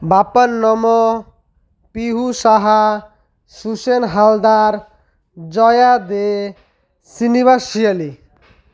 ବାପନ ନମ ପିହୁୁ ସାହା ସୁସେନ ହାଲଦାର ଜୟା ଦେ ସିନିିବା ସିୟଲି